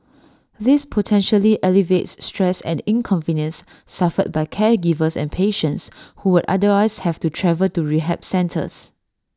this potentially alleviates stress and inconvenience suffered by caregivers and patients who would otherwise have to travel to rehab centres